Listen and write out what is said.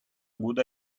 good